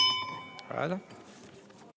Voilà